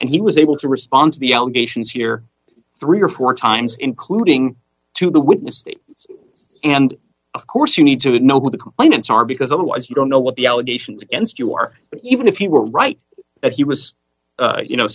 and he was able to respond to the allegations here three or four times including to the witness and of course you need to know who the complainants are because otherwise you don't know what the allegations against you are but even if you were right and he was you know